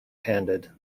handed